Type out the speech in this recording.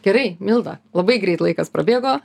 gerai milda labai greit laikas prabėgo